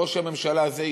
ראש הממשלה הזה,